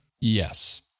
Yes